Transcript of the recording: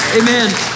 Amen